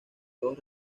dos